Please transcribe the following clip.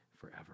forever